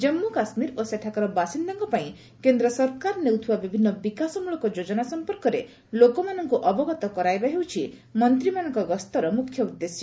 ଜାନ୍ଗୁ କାଶ୍ମୀର ଓ ସେଠାକାର ବାସିନ୍ଦାଙ୍କ ପାଇଁ କେନ୍ଦ୍ର ସରକାର ନେଉଥିବା ବିଭିନ୍ନ ବିକାଶମୂଳକ ଯୋଜନା ସଂପର୍କରେ ଲୋକମାନଙ୍କୁ ଅବଗତ କରାଇବା ହେଉଛି ମନ୍ତ୍ରୀମାନଙ୍କ ଗସ୍ତର ମୁଖ୍ୟ ଉଦ୍ଦେଶ୍ୟ